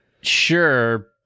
Sure